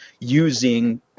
using